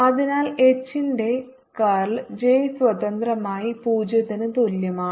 അതിനാൽ H ന്റെ ചുരുളൻ J സ്വതന്ത്രമായി 0 ന് തുല്യമാണ്